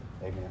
Amen